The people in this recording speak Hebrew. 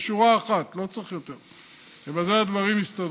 בשורה אחת, לא צריך יותר, ובזה הדברים יסתדרו.